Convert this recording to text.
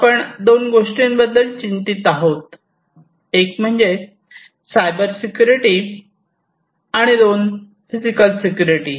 आपण दोन गोष्टींबद्दल चिंतित आहोत एक म्हणजे सायबर सिक्युरिटी आणि दोन फिजिकल सिक्युरिटी